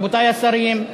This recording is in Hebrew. רבותי השרים.